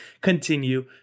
continue